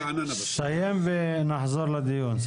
ואז נחזור לדיון.